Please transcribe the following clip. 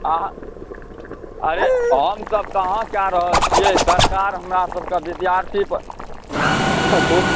आओर अरे हम सब कहाँ चाहि रहल छिए सरकार हमरा सभके विद्यार्थीपर खूब